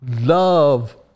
love